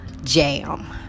jam